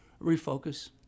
refocus